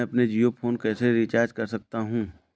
मैं अपना जियो फोन कैसे रिचार्ज कर सकता हूँ?